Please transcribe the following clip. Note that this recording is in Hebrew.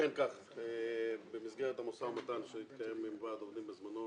אכן במסגרת המשא ומתן שהתקיים עם ועד העובדים בזמנו